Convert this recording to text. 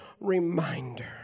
reminder